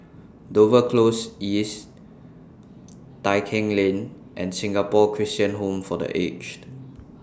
Dover Close East Tai Keng Lane and Singapore Christian Home For The Aged